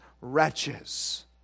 wretches